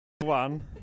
one